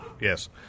Yes